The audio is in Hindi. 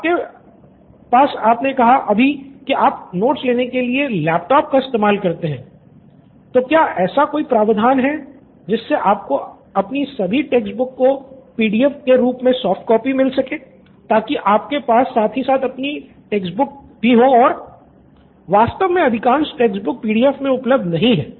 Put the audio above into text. स्टूडेंट 1 आपने अभी कहा कि आप नोट्स लेने के लिए अपने लैपटॉप का इस्तेमाल करते हैं तो क्या ऐसा कोई प्रावधान है जिससे आपको अपनी सभी टेक्स्ट बुक्स भी हो और स्टूडेंट ३ वास्तव में अधिकांश टेक्स्ट बुक्स पीडीएफ में उपलब्ध नहीं हैं